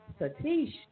Satish